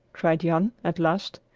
cried jan, at last.